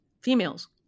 females